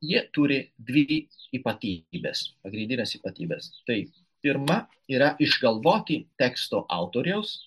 jie turi dvi ypatybes pagrindines ypatybes tai pirma yra išgalvoti teksto autoriaus